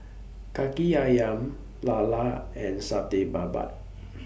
Kaki Ayam Lala and Satay Babat